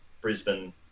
Brisbane